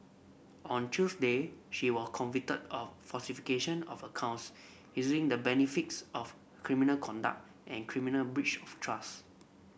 on Tuesday she were convicted of falsification of accounts using the benefits of criminal conduct and criminal breach of trust